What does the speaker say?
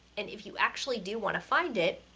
and if you actually do wanna find it,